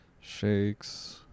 Shakes